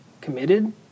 committed